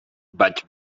vaig